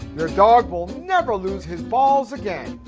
your dog will never lose his balls again